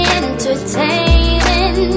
entertaining